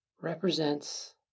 represents